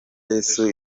yesu